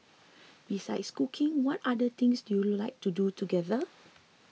besides cooking what other things do you like to do together